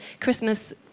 Christmas